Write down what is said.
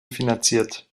finanziert